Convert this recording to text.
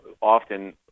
often